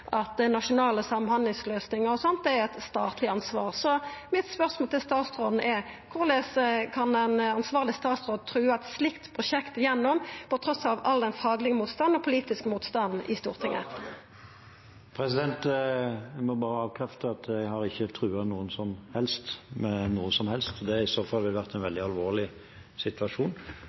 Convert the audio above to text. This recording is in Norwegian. og dei påpeiker at nasjonale samhandlingsløysingar er eit statleg ansvar. Spørsmålet mitt til statsråden er: Korleis kan ein ansvarleg statsråd trua eit slikt prosjekt gjennom trass i all den faglege motstanden og den politiske motstanden i Stortinget? Jeg må bare avkrefte: Jeg har ikke truet noen som helst med noe som helst. Det ville i så fall vært en veldig alvorlig situasjon.